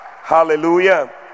Hallelujah